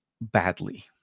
badly